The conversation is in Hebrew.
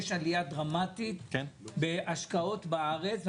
יש עלייה דרמטית בהשקעות בארץ.